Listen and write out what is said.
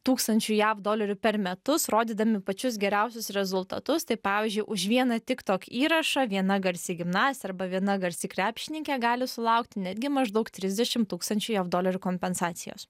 tūkstančių jav dolerių per metus rodydami pačius geriausius rezultatus tai pavyzdžiui už vieną tiktok įrašą viena garsi gimnastė arba viena garsi krepšininkė gali sulaukti netgi maždaug trisdešim tūkstančių jav dolerių kompensacijos